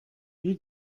wie